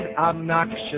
Obnoxious